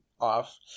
off